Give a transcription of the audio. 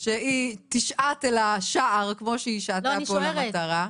שהיא תשעט לשער כמו שהיא שעטה פה למטרה.